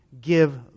give